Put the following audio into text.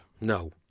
No